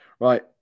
Right